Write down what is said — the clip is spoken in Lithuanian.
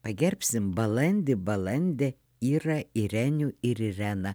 pagerbsim balandį balandė irą irenijų ir ireną